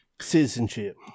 citizenship